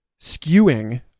skewing